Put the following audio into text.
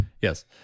yes